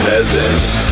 Peasants